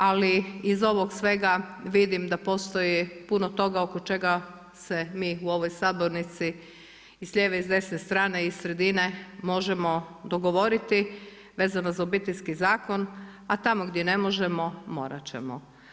Ali iz svega vidim da postoji puno toga oko čega se mi u ovoj sabornici s lijeve i s desne strane, iz sredine možemo dogovoriti vezano uz Obiteljski zakon, a tamo gdje ne možemo morat ćemo.